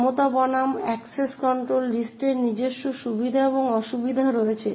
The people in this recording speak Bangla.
ক্ষমতা বনাম অ্যাক্সেস কন্ট্রোল লিস্টের নিজস্ব সুবিধা এবং অসুবিধা রয়েছে